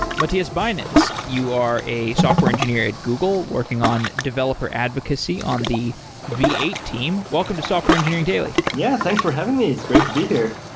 mathias bynens, you are a software engineer at google working on developer advocacy on the v eight team. welcome to software engineering daily yeah, thanks for having me. it's great to be here.